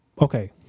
okay